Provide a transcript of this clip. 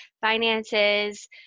finances